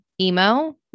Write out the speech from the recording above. emo